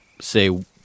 say